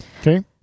Okay